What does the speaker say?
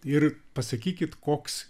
ir pasakykit koks